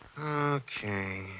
Okay